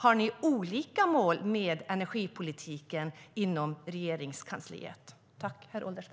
Har ni olika mål med energipolitiken inom Regeringskansliet?